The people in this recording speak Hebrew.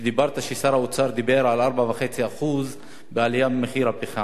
אמרת ששר האוצר דיבר על 4.5% בעלייה במחיר הפחם.